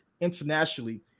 internationally